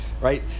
right